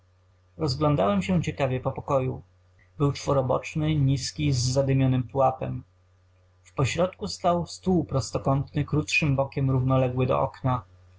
rozglądnąłem się ciekawie po pokoju był czworoboczny niski zadymiony pułapem w pośrodku stał stół prostokątny krótszym bokiem równoległy do okna